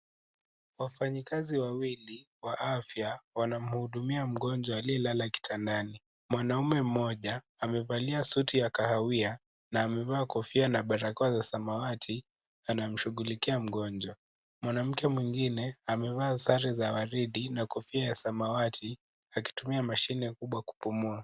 Wafanyakazi wawili wa afya, wanamhudumia mgonjwa aliye lala kitandani. Mwanaume mmoja amevalia suti ya kahawia na amevaa kofia na barakoa za samawati anamshughulikia mgonjwa. Mwanamke mwingine amevaa sare ya waridi na kofia ya samawati akitumia mashine kubwa kupumua.